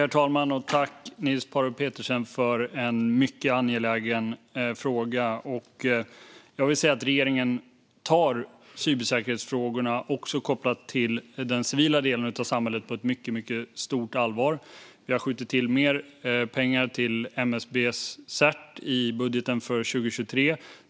Herr talman! Tack, Niels Paarup-Petersen, för en mycket angelägen fråga! Jag vill säga att regeringen tar cybersäkerhetsfrågorna också kopplat till den civila delen av samhället på mycket stort allvar. Vi har skjutit till mer pengar till MSB:s CERT i budgeten för 2023.